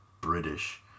british